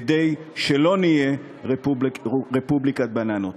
כדי שלא נהיה רפובליקת בננות,